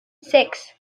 six